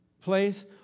place